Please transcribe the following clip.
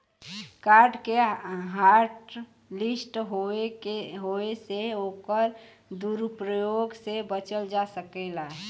card के hotlist होये से ओकर दुरूप्रयोग से बचल जा सकलै